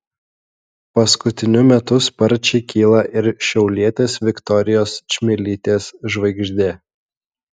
paskutiniu metu sparčiai kyla ir šiaulietės viktorijos čmilytės žvaigždė